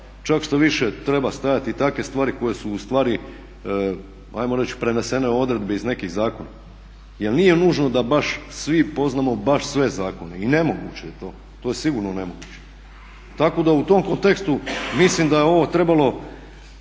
čak štoviše trebaju stajati takve stvari koje su u stvari ajmo reći prenesene u odredbi iz nekih zakona. Jer nije nužno da baš svi poznamo baš sve zakone i nemoguće je to, to je sigurno nemoguće. Tako da u tom kontekstu mislim da je ovo trebalo,